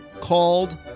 called